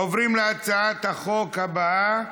עוברים להצעה הבאה: